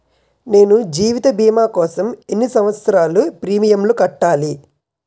నేను జీవిత భీమా కోసం ఎన్ని సంవత్సారాలు ప్రీమియంలు కట్టాలి?